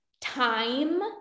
time